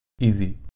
easy